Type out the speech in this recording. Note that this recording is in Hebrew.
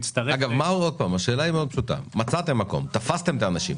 השאלה היא מאוד פשוטה: נניח ומצאתם מקום ותפסתם את האנשים,